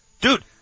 Dude